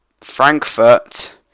Frankfurt